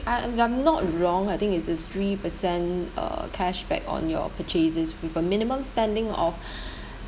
I if I'm not wrong I think is it's three percent uh cashback on your purchases with a minimum spending of